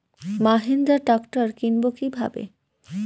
Mahindra tractor কিনবো কি ভাবে?